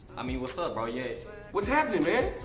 i mean, what's up bro yeah what's happening man?